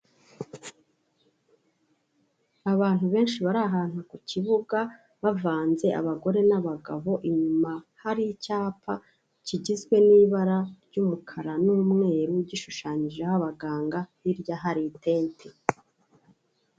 Abantu benshi bari ahantu ku kibuga bavanze, abagore n'abagabo, inyuma hari icyapa kigizwe n'ibara ry'umukara n'umweru, gishushanyijeho abaganga, hirya hari itente.